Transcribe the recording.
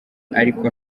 ariko